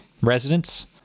residents